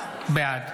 בעד